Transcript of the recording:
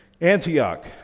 Antioch